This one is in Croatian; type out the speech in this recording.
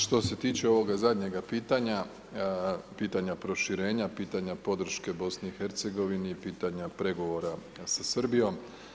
Što se tiče ovoga zadnjega pitanja, pitanja proširenja, pitanja podrške BiH i pitanja pregovora sa Srbijom.